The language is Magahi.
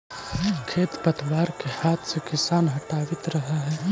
खेर पतवार के हाथ से किसान हटावित रहऽ हई